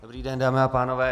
Dobrý den, dámy a pánové.